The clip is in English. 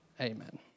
Amen